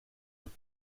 have